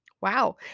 wow